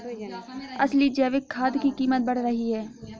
असली जैविक खाद की कीमत बढ़ रही है